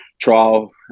trial